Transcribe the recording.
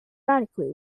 radically